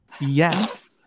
Yes